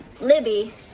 Libby